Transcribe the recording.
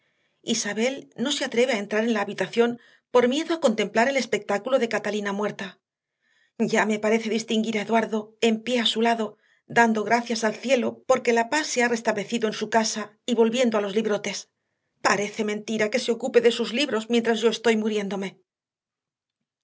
isabel no se atreve a entrar en la habitación por miedo a contemplar el espectáculo de catalina muerta ya me parece distinguir a eduardo en pie a su lado dando gracias al cielo porque la paz se ha restablecido en su casa y volviendo a los librotes parece mentira que se ocupe de sus libros mientras yo estoy muriéndome